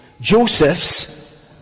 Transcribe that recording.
Joseph's